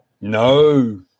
no